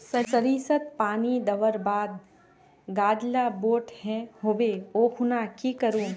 सरिसत पानी दवर बात गाज ला बोट है होबे ओ खुना की करूम?